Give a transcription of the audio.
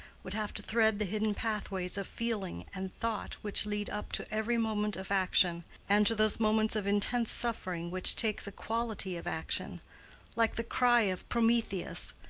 would have to thread the hidden pathways of feeling and thought which lead up to every moment of action, and to those moments of intense suffering which take the quality of action like the cry of prometheus,